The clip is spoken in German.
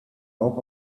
auch